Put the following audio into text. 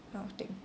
kind of thing